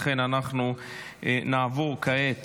לכן אנחנו נעבור כעת